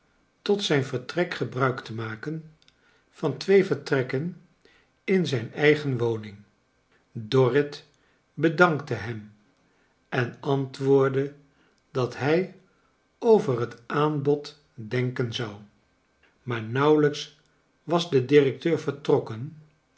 tot zijn vertrek gebruik te maken van twee vertrekken in zijn eigen woning dorrit bedankte hem en antwoordde dat hij over het aanbod denken zou maar nauwelijks was de directeur vertrokken